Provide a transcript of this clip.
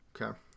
Okay